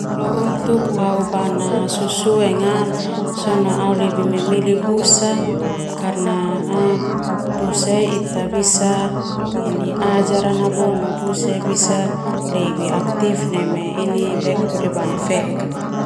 Untuk bana susue sona au lebih hele bisa karna busa karna busa ia ita bisa ajar karna busa bisa lebih aktif neme bana feek.